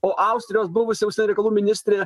o austrijos buvusi užsienio reikalų ministrė